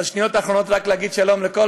בשניות האחרונות רק אגיד שלום לכל